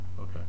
Okay